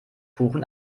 kuchen